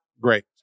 great